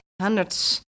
hundreds